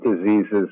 diseases